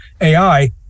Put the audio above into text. AI